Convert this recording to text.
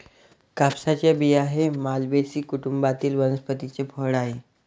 कापसाचे बिया हे मालवेसी कुटुंबातील वनस्पतीचे फळ आहे